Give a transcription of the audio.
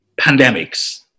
pandemics